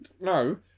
No